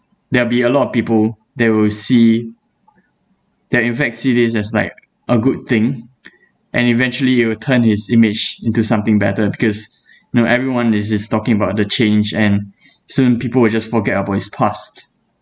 there will be a lot of people they will see they'll in fact see this as like a good thing and eventually it'll turn his image into something better because you know everyone is talking about the change and soon people will just forget about his past